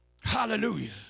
Hallelujah